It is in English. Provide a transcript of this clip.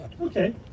Okay